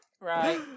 Right